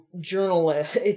journalist